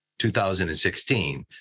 2016